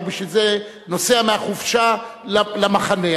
ובשביל זה נוסע מהחופשה למחנה.